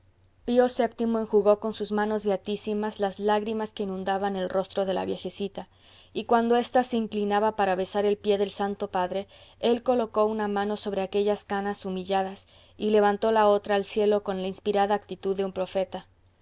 prisionero pío vii enjugó con sus manos beatísimas las lágrimas que inundaban el rostro de la viejecita y cuando ésta se inclinaba para besar el pie del santo padre él colocó una mano sobre aquellas canas humilladas y levantó la otra al cielo con la inspirada actitud de un profeta